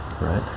right